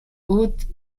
haute